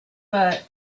but